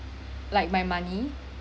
like my money